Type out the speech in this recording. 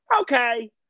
okay